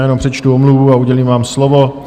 Jenom přečtu omluvu a udělím vám slovo.